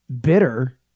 Bitter